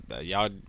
Y'all